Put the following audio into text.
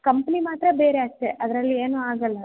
company ಮಾತ್ರ ಬೇರೆ ಅಷ್ಟೇ ಅದರಲ್ಲಿ ಏನು ಆಗಲ್ಲ